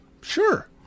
Sure